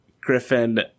Griffin